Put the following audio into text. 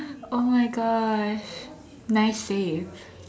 oh my gosh nice save